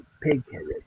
pig-headed